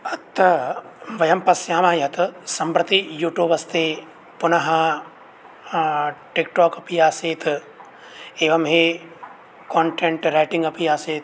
अतः वयं पश्यामः यत् सम्प्रति यूटूब् अस्ति पुनः टिक् टोक् अपि आसीत् एवं हि कोण्टेण्ट् रैटिङ्ग् अपि आसीत्